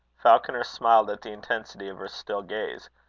falconer smiled at the intensity of her still gaze.